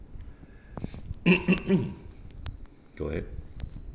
go ahead